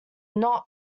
not